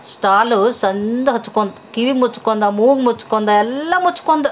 ಶ್ಟುವಾಲು ಛಂದಾಗಿ ಹೊಚ್ಕೊಂತು ಕಿವಿ ಮುಚ್ಕೊಂದ ಮೂಗು ಮುಚ್ಕೊಂದ ಎಲ್ಲ ಮುಚ್ಕೊಂದ